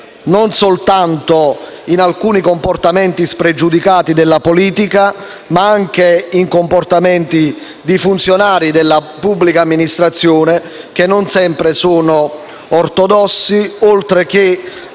soltanto di comportamenti spregiudicati della politica, ma anche di comportamenti di funzionari della pubblica amministrazione non sempre ortodossi, o di